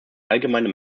allgemeine